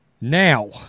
Now